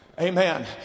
Amen